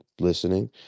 listening